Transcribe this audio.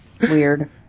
weird